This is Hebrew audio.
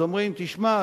אז אומרים: תשמע,